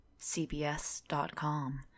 CBS.com